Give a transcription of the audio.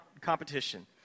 competition